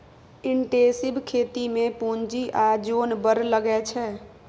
intensive खेती मे पुंजी आ जोन बड़ लगै छै